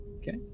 Okay